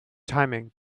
timing